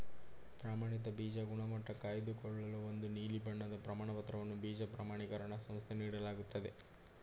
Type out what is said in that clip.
ಪ್ರಮಾಣಿತ ಬೀಜ ಗುಣಮಟ್ಟ ಕಾಯ್ದುಕೊಳ್ಳಲು ಒಂದು ನೀಲಿ ಬಣ್ಣದ ಪ್ರಮಾಣಪತ್ರವನ್ನು ಬೀಜ ಪ್ರಮಾಣಿಕರಣ ಸಂಸ್ಥೆ ನೀಡಲಾಗ್ತದೆ